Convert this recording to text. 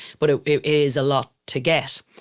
but it it is a lot to get.